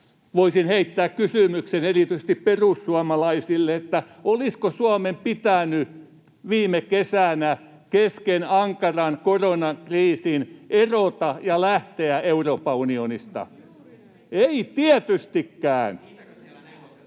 Voisin heittää kysymyksen erityisesti perussuomalaisille: olisiko Suomen pitänyt viime kesänä kesken ankaran koronakriisiin erota ja lähteä Euroopan unionista? [Perussuomaisten